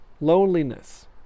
loneliness